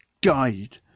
died